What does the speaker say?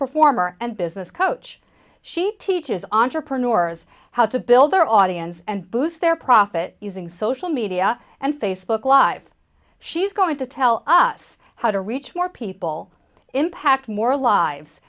performer and business coach she teaches entrepreneurs how to build their audience and boost their profit using social media and facebook live she's going to tell us how to reach more people impact more lives